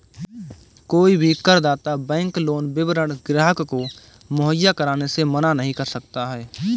कोई भी करदाता बैंक लोन विवरण ग्राहक को मुहैया कराने से मना नहीं कर सकता है